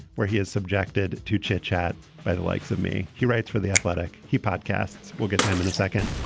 where he is subjected to chit chat by the likes of me. he writes for the athletic. he podcasts. we'll get to him in a second.